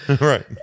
right